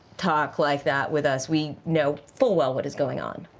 talk like that with us. we know full well what is going on.